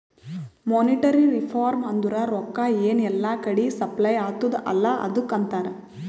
monetary reform ಅಂದುರ್ ರೊಕ್ಕಾ ಎನ್ ಎಲ್ಲಾ ಕಡಿ ಸಪ್ಲೈ ಅತ್ತುದ್ ಅಲ್ಲಾ ಅದುಕ್ಕ ಅಂತಾರ್